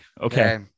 okay